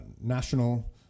national